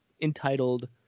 entitled